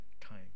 time